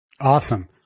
Awesome